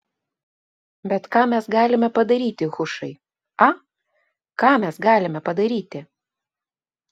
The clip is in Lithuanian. bet ką mes galime padaryti hušai a ką mes galime padaryti